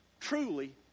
truly